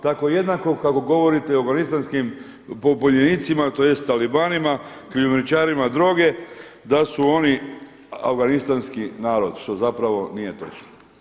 Tako jednako kako govorite o afganistanskim pobunjenicima tj. talibanima, krijumčarima droge da su oni afganistanski narod što zapravo nije točno.